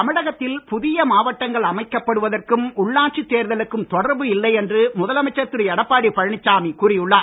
எடப்பாடி தமிழகத்தில் புதிய மாவட்டங்கள் அமைக்கப்படுவதற்கும் உள்ளாட்சி தேர்தலுக்கும் தொடர்பு இல்லை என்று முதலமைச்சர் திரு எடப்பாடி பழனிசாமி கூறி உள்ளார்